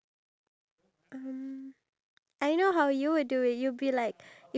you push me when I was racing with you